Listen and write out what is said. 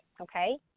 okay